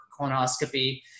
colonoscopy